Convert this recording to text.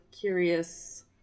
curious